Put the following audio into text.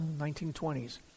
1920s